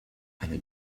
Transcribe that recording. eine